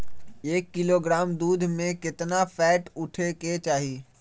एक किलोग्राम दूध में केतना फैट उठे के चाही?